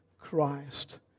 Christ